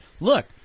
look